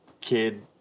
kid